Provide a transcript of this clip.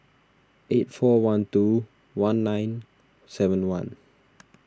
eight four one two one nine seven one